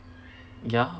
ya